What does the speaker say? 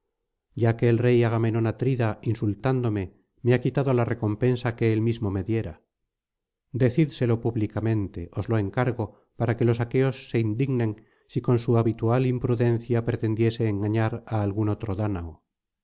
ya que el rey agamenón atrida insultándome me ha quitado la recompensa que él mismo me diera decídselo públicamente os lo encargo para que los aqueos se indignen si con su habitual impudencia pretendiese engañar á algún otro dánao